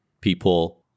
people